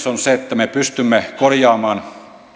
on se että me pystymme korjaamaan